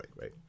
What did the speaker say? Right